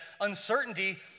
uncertainty